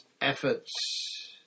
efforts